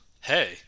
hey